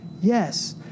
yes